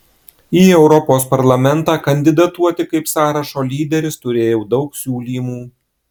į europos parlamentą kandidatuoti kaip sąrašo lyderis turėjau daug siūlymų